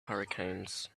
hurricanes